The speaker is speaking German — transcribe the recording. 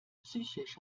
psychisch